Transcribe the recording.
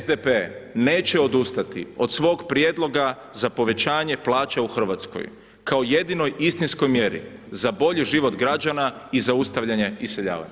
SDP neće odustati od svog prijedloga za povećanje plaća u Hrvatskoj kao jedinoj istinskoj mjeri za bolji život građana i zaustavljanje iseljavanja.